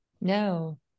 No